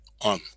on